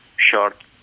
Short